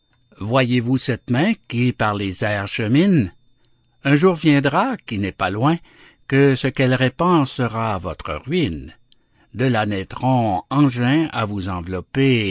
voyez-vous cette main qui par les airs chemine un jour viendra qui n'est pas loin que ce qu'elle répand sera votre ruine de là naîtront engins à vous envelopper